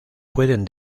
pueden